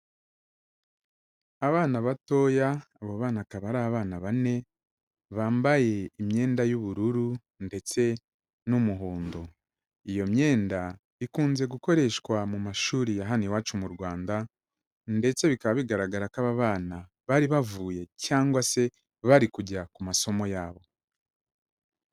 Abana batoya, abo bana akaba ari abana bane, bambaye imyenda y'ubururu ndetse n'umuhondo. Iyo myenda, ikunze gukoreshwa mu mashuri ya hano iwacu mu Rwanda, ndetse bikaba bigaragara ko aba bana bari bavuye cyangwa se bari kujya ku masomo yabo.